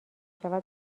شود